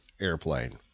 airplane